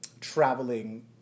traveling